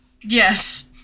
Yes